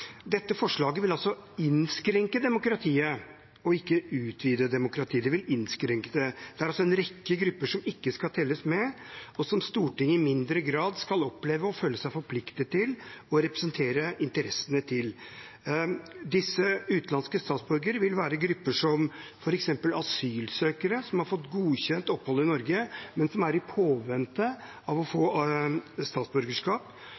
Dette forslaget vil innskrenke demokratiet og ikke utvide demokratiet. Det er altså en rekke grupper som ikke skal telles med, og som Stortinget i mindre grad skal oppleve å føle seg forpliktet til å representere interessene til. Disse utenlandske statsborgere vil være grupper som f.eks. asylsøkere som har fått godkjent opphold i Norge, men som venter på å få statsborgerskap.